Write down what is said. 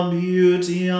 beauty